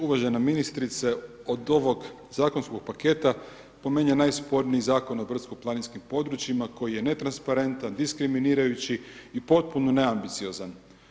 Uvažena ministrice od ovog zakonskog paketa po meni je najsporniji Zakon o brdsko planinskim područjima koji je netransparentan, diskriminirajući i potpuno neambiciozan.